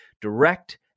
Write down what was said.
direct